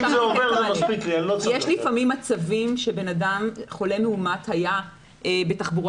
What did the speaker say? יש לפעמים מקרים שחולה מאומת היה בתחבורה